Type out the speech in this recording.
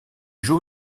joue